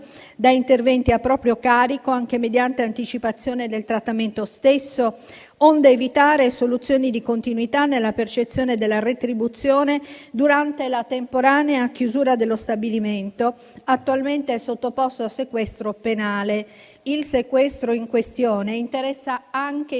da interventi a proprio carico anche mediante anticipazione del trattamento stesso, onde evitare soluzioni di continuità nella percezione della retribuzione durante la temporanea chiusura dello stabilimento, attualmente sottoposto a sequestro penale. Il sequestro in questione interessa anche i